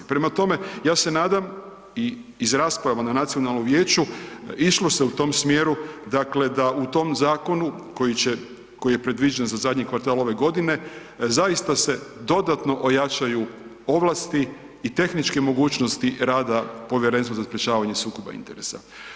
Prema tome, ja se nadam i iz rasprava na nacionalnom vijeću išlo se u tom smjeru dakle da u tom zakonu koji će, koji je predviđen za zadnji kvartal ove godine, zaista se dodatno ojačaju ovlasti i tehničke mogućnosti rada Povjerenstva za sprječavanje sukoba interesa.